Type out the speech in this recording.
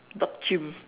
dog chimp